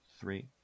three